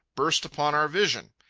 burst upon our vision.